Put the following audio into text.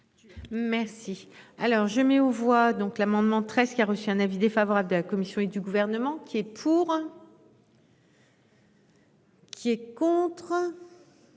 Merci alors je mets aux voix donc l'amendement 13 qui a reçu un avis défavorable de la Commission et du gouvernement qui est pour. Qui est contre.